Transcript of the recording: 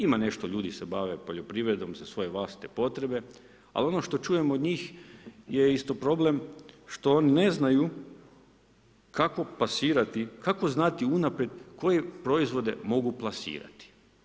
Ima nešto ljudi se bave poljoprivredom za svoje vlastite potrebe, ali ono što čujem od njih je isto problem, što oni ne znaju kako plasirati, kako znati unaprijed koje proizvode mogu plasirati.